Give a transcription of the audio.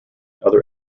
other